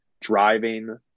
driving